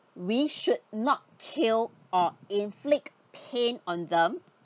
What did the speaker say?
we should not kill or inflict pain on them